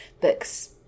books